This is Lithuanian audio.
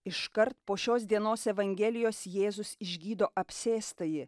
iškart po šios dienos evangelijos jėzus išgydo apsėstąjį